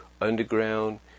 Underground